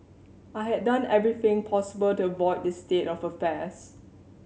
I had done everything possible to avoid this state of affairs